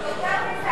יותר מזה,